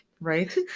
Right